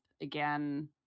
again